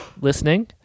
listening